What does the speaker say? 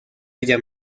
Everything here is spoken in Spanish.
ella